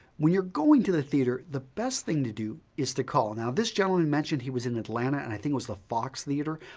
when you're going to the theater, the best thing to do is to call. now, this gentleman mentioned he was in atlanta and i think it was the fox theater.